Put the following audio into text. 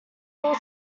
little